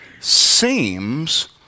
seems